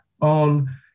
on